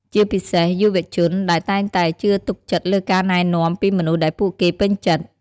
ជាពិសេសយុវជន ដែលតែងតែជឿទុកចិត្តលើការណែនាំពីមនុស្សដែលពួកគេពេញចិត្ត។